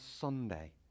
Sunday